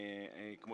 כמו